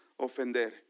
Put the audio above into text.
ofender